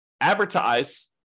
advertise